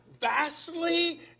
vastly